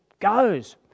goes